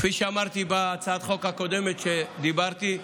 כפי שאמרתי בהצעת חוק הקודמת כשדיברתי,